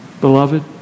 beloved